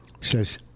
Says